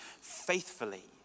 faithfully